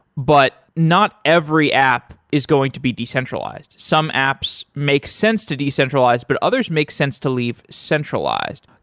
but not every app is going to be decentralized. some apps make sense to decentralize, but others makes sense to leave centralized.